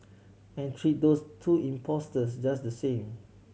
and treat those two impostors just the same